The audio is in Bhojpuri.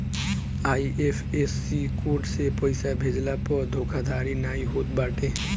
आई.एफ.एस.सी कोड से पइसा भेजला पअ धोखाधड़ी नाइ होत बाटे